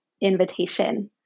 invitation